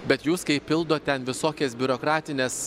bet jūs kai pildot ten visokias biurokratines